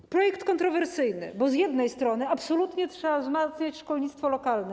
To projekt kontrowersyjny, bo z jednej strony absolutnie trzeba wzmacniać szkolnictwo lokalne.